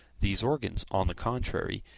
these organs, on the contrary,